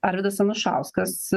arvydas anušauskas